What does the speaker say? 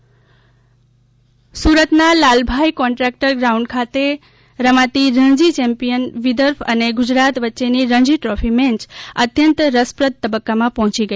Ranji trophy Gujarat સુરતના Lalbhai contractor ground ખાતે રમાતી રણજી ચેમ્પિયન વિદર્ભ અને ગુજરાત વચ્ચેની રણજી ટ્રોફી મેચ અત્યંત રસપ્રદ તબક્કામાં પહોંચી ગઈ છે